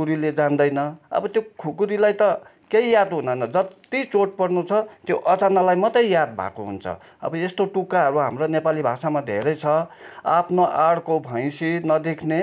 जान्दैन अब त्यो खुकुरीलाई त केही याद हुँदैन जति चोट पर्नु छ त्यो अचानोलाई मात्रै याद भएको हुन्छ अब यस्तो टुक्काहरू हाम्रो नेपाली भाषामा धेरै छ आफ्नो आङ्को भैँसी नदेख्ने